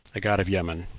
a god of yemen.